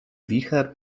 wicher